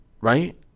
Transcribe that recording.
Right